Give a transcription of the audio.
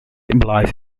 implies